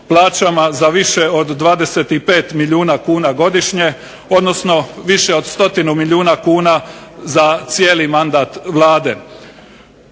plaćama za više od 25 milijuna kuna godišnje, odnosno više od stotinu milijuna kuna za cijeli mandat Vlade,